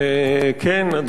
אדוני סגן השר,